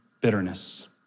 bitterness